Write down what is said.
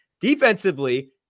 Defensively